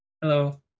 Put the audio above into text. Hello